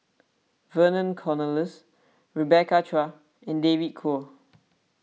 Vernon Cornelius Rebecca Chua and David Kwo